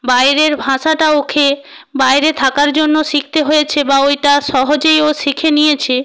বাইরের ভাষাটা ওকে বাইরে থাকার জন্য শিখতে হয়েছে বা ওইটা সহজেই ও শিখে নিয়েছে